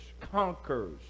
conquers